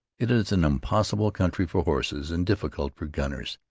it is an impossible country for horses, and difficult for gunners,